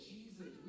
Jesus